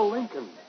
Lincoln